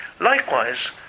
Likewise